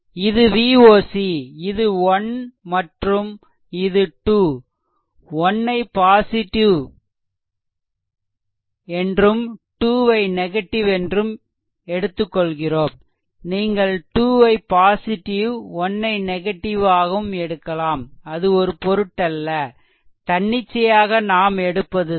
இது Voc இது 1 மற்றும் இது 2 1 ஐ பாசிட்டிவ் 2 ஐ நெகடிவ் ஆக எடுத்துக்கொள்கிறோம் நீங்கள் 2 ஐ பாசிட்டிவ் 1 ஐ நெகட்டிவ் ஆகவும் எடுக்கலாம் அது ஒரு பொருட்டல்ல தன்னிச்சையாக நாம் எடுப்பதுதான்